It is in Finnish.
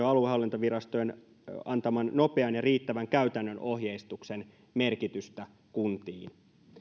aluehallintovirastojen antaman nopean ja riittävän käytännön ohjeistuksen merkitystä kuntiin